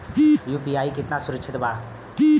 UPI कितना सुरक्षित बा?